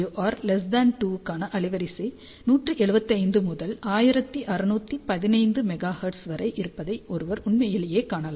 R 2 க்கான அலைவரிசை 175 முதல் 1615 மெகா ஹெர்ட்ஸ் வரை இருப்பதை ஒருவர் உண்மையிலேயே காணலாம்